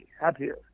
happier